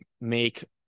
make